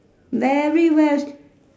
very well